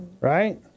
Right